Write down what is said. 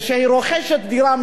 כאשר היא רוכשת דירה,